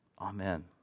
Amen